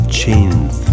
chains